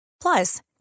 Plus